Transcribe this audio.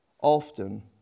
often